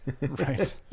right